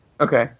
Okay